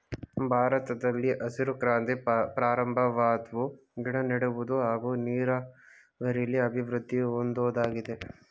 ಭಾರತದಲ್ಲಿ ಹಸಿರು ಕ್ರಾಂತಿ ಪ್ರಾರಂಭವಾದ್ವು ಗಿಡನೆಡುವುದು ಹಾಗೂ ನೀರಾವರಿಲಿ ಅಭಿವೃದ್ದಿ ಹೊಂದೋದಾಗಿದೆ